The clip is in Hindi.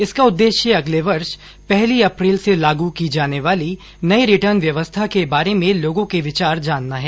इसका उद्देश्य अगले वर्ष पहली अप्रैल से लागू की जाने वाली नयी रिटर्न व्यवस्था के बारे में लोगों के विचार जानना है